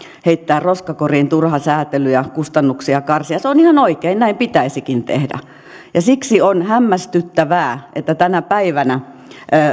heittää roskakoriin turha säätely ja kustannuksia karsia se on ihan oikein näin pitäisikin tehdä siksi on hämmästyttävää että tänä päivänä